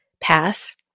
pass